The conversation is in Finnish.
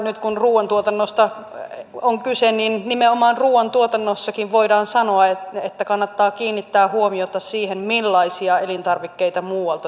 nyt kun ruoantuotannosta on kyse niin nimenomaan ruoantuotannossakin voidaan sanoa että kannattaa kiinnittää huomiota siihen millaisia elintarvikkeita muualta tuodaan